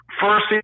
First